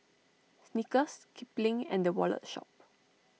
Snickers Kipling and the Wallet Shop